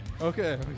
Okay